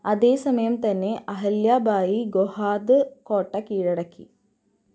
അതേ സമയം തന്നെ അഹല്യ ബായി ഗോഹാദ് കോട്ട കീഴടക്കി